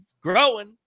growing